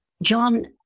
John